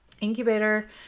incubator